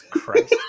Christ